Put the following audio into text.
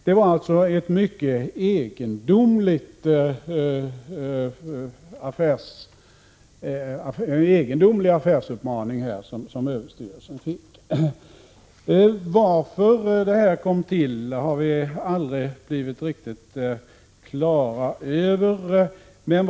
Det var således en mycket egendomlig affärsuppmaning överstyrelsen fick. Varför detta kom till har vi väl aldrig blivit riktigt klara över.